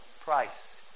price